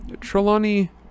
Trelawney